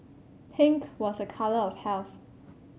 pink was a colour of health